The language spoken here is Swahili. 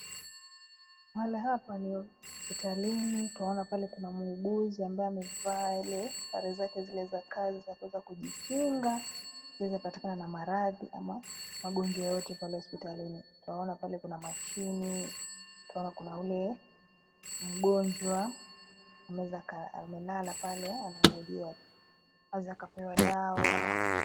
Mahali hapa ni, hospitalini twaona pale kuna muuguzi ambaye amevaa yale sare zake zile za kazi za kuweza kujikinga, asiweze kupatikana na maradhi ama, magonjwa yeyote pale hospitalini, twaona pale kuna mashini, twaona kuna ule, mgonjwa, ameweza ka amelala pale anangojea, aeze kapewa dawa.